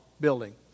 building